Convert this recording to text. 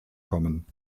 kommen